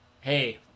Hey